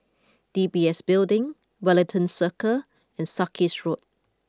D B S Building Wellington Circle and Sarkies Road